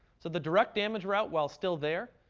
so the direct damage route, while still there,